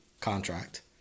contract